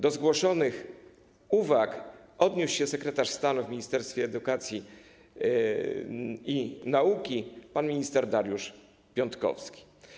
Do zgłoszonych uwag odniósł się sekretarz stanu w Ministerstwie Edukacji i Nauki pan minister Dariusz Piontkowski.